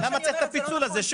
למה צריך את הפיצול הזה?